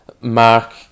Mark